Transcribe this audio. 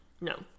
no